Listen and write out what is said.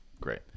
Great